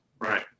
right